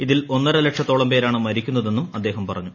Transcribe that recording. ഇതിൽ ഒന്നര ലക്ഷത്തോളം പേരാണ് മരിക്കുന്നതെന്നും അദ്ദേഹം പറഞ്ഞു